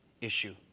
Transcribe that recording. issue